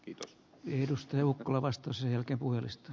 kiitos jeesustelu kolvastasi jälkipuinnista